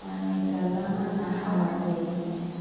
wanaitazama na hawajaipenda.